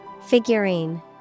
Figurine